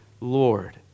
Lord